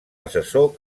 assessor